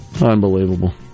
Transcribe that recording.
Unbelievable